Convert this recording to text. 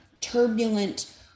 turbulent